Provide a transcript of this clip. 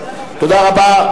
תודה רבה.